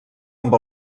amb